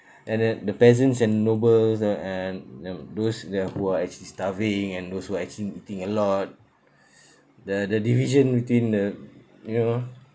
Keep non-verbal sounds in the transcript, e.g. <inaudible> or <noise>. and then the peasants and nobles uh and uh those that who are actually starving and those who are actually eating a lot <breath> the the division between the you know